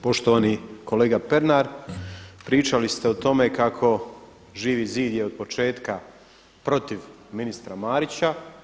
Poštovani kolega Pernar, pričali ste o tome kako Živi zid je od početka protiv ministra Marića.